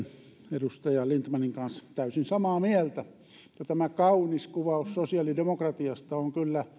edustaja lindtmanin kanssa täysin samaa mieltä mutta tämä kaunis kuvaus sosiaalidemokratiasta on kyllä